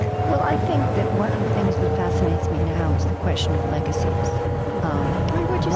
well, i think that one of the things that fascinates me now is the question of legacies well,